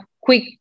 quick